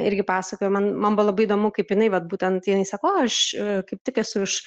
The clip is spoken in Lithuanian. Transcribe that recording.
irgi pasakojo man man buvo labai įdomu kaip jinai vat būtent jinai sako o aš kaip tik esu iš